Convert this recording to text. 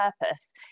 purpose